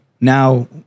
now